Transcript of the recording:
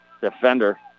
defender